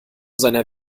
seiner